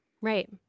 Right